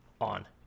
on